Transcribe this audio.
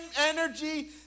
energy